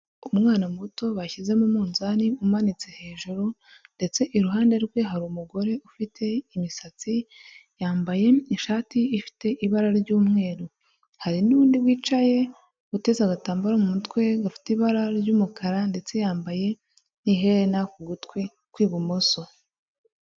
Umwana muto bashyize mu munzani umanitse hejuru ndetse iruhande rwe hari umugore ufite imisatsi, yambaye ishati ifite ibara ry'umweru. Hari n'undi wicaye uteze agatambaro mu mutwe, gafite ibara ry'umukara ndetse yambaye n'iherena ku gutwi ku ibumoso.